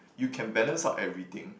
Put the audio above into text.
you can balance out everything